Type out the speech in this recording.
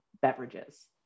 beverages